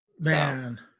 man